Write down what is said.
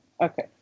Okay